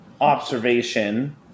observation